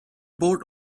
board